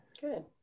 Good